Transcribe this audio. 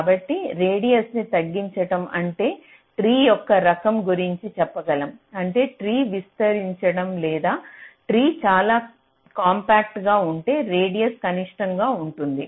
కాబట్టి రేడియస్న్ని తగ్గించడం అంటే ట్రీ యొక్క రకం గురించి చెప్పగలం అంటే ట్రీ విస్తరించడం లేదు ట్రీ చాలా కాంపాక్ట్ గా ఉంటే రేడియస్ కనిష్టంగా ఉంటుంది